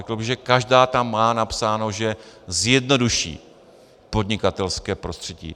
Řekl bych, že každá tam má napsáno, že zjednoduší podnikatelské prostředí.